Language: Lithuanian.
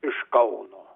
iš kauno